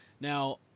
Now